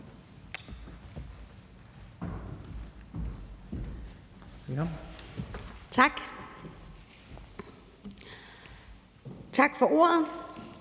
(M): Tak for ordet.